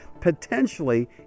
potentially